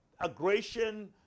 aggression